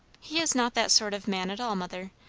he is not that sort of man at all, mother.